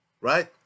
right